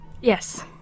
Yes